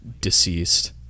deceased